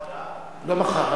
לא מחר.